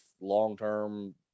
long-term